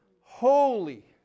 Holy